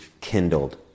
kindled